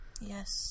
Yes